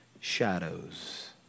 shadows